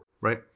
right